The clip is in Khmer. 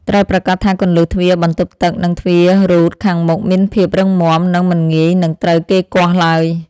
ត្រូវប្រាកដថាគន្លឹះទ្វារបន្ទប់ទឹក និងទ្វាររ៉ូតខាងមុខមានភាពរឹងមាំ និងមិនងាយនឹងត្រូវគេគាស់ឡើយ។